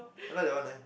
I like that one leh